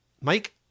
Mike